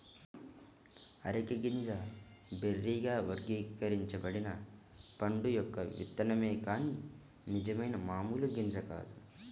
areca గింజ బెర్రీగా వర్గీకరించబడిన పండు యొక్క విత్తనమే కాని నిజమైన మామూలు గింజ కాదు